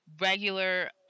regular